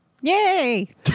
Yay